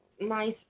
nice